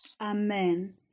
Amen